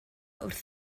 wrth